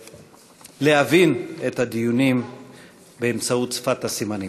להבין את הדיונים באמצעות שפת הסימנים.